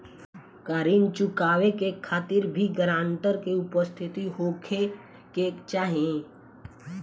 का ऋण चुकावे के खातिर भी ग्रानटर के उपस्थित होखे के चाही?